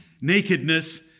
nakedness